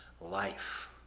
life